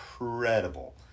incredible